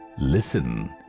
Listen